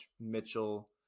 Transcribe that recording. Mitchell